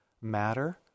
matter